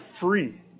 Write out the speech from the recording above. free